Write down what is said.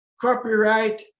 copyright